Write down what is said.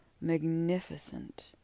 magnificent